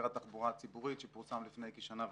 התחבורה הציבורית שפורסם לפני כשנה וחצי.